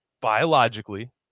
biologically